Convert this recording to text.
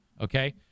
Okay